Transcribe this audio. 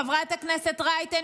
חברת הכנסת רייטן,